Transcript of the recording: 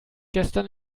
gestern